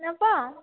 নেচাওঁ